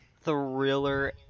Thriller